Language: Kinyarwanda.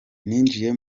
ninjiye